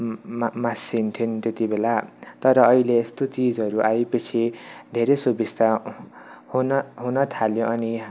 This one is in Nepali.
म मा मासिन्थ्यो त्यति बेला तर अहिले यस्तो चिजहरू आए पछि धेरै सुबिस्ता हुन हुन थाल्यो अनि